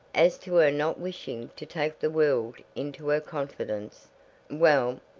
as to her not wishing to take the world into her confidence well,